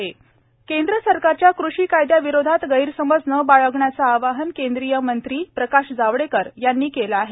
प्रकाश जावडेकर केंद्र सरकारच्या कृषी कायदयाविरोधात गैरसमज न बाळगण्याचं आवाहन केंद्रीय मंत्री प्रकाश जावडेकर यांनी केलं आहे